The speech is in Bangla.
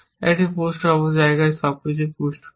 একটি পুসড জায়গায় সবকিছু পুসড পায়